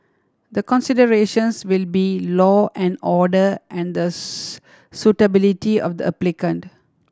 the considerations will be law and order and the suitability of the applicant